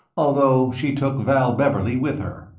although she took val beverley with her.